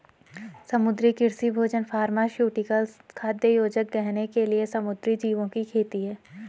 समुद्री कृषि भोजन फार्मास्यूटिकल्स, खाद्य योजक, गहने के लिए समुद्री जीवों की खेती है